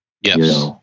Yes